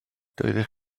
doeddech